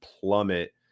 plummet